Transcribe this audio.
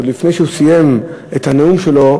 עוד לפני שהוא סיים את הנאום שלו,